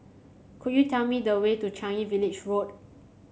could you tell me the way to Changi Village Road